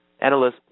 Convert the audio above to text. Analysts